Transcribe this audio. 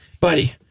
buddy